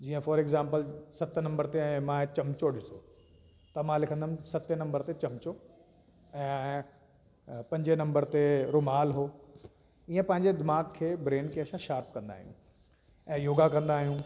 जीअं for example सत number ते ऐं मां चमिचो ॾिसो त मां लिखंदुमि सते नम्बर ते चमिचो ऐं पंजे नम्बर ते रुमाल हो ईअं पंहिंजे दिमाग़ खे ब्रेन खे असां शॉर्प कंदा आहियूं ऐं योगा कंदा आहियूं